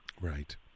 right